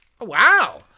Wow